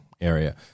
area